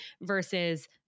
versus